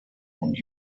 und